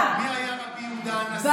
מי היה רבי יהודה הנשיא,